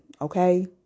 Okay